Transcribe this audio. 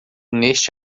neste